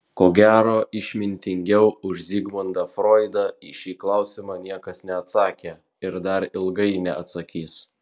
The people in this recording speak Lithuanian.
ko gero išmintingiau už zigmundą froidą į šį klausimą niekas neatsakė ir dar ilgai neatsakys